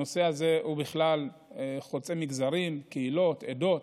הנושא הזה חוצה מגזרים, קהילות, עדות.